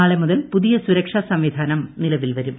നാളെ മുതൽ പുതിയ സുരക്ഷാ സംവിധാനം നിലവിൽ വരും